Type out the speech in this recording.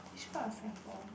which part of Singapore